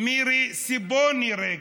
מירי סיבוני רגב,